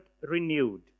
renewed